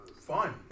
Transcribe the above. fun